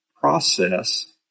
process